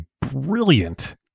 brilliant